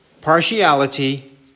partiality